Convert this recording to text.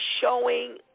showing